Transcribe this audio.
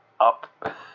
up